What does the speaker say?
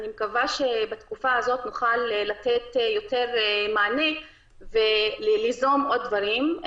ואני מקווה שבתקופה הזו נוכל לתת יותר מענה וליזום עוד דברים.